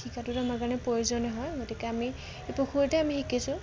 শিকাটোত আমাৰ কাৰণে প্ৰয়োজনীয় হয় গতিকে আমি এই পুখুৰীতে আমি শিকিছোঁ